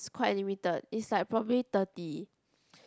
quite limited is like probably thirty